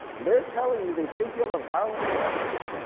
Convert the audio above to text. they're telling you they think you have a viral infection,